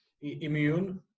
immune